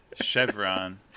Chevron